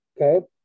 Okay